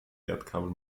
erdkabel